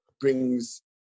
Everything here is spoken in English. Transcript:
brings